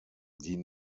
die